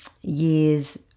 years